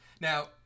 Now